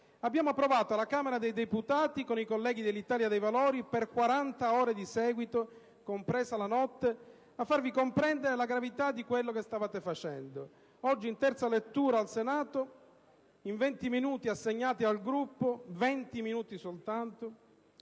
abbiamo quindi provato alla Camera dei deputati con i colleghi dell'Italia dei Valori per 40 ore di seguito, compresa la notte, a farvi comprendere la gravità di quello che stavate facendo. Oggi, in terza lettura al Senato, nei 20 minuti assegnati al nostro Gruppo - 20 soltanto!